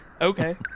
Okay